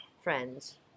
friends